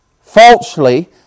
falsely